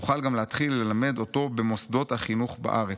נוכל גם להתחיל ללמד אותו במוסדות החינוך בארץ.